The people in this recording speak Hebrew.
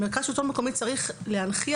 מרכז השלטון המקומי צריך להנכיח,